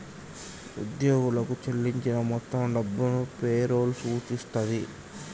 ఉద్యోగులకు చెల్లించిన మొత్తం డబ్బును పే రోల్ సూచిస్తది